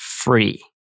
free